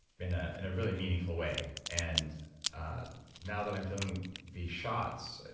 in ah in a really meaningful way. and ah now that i'm feeling the shots,